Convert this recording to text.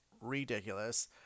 ridiculous